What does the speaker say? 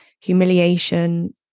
humiliation